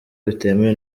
bitemewe